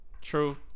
true